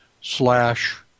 slash